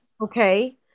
Okay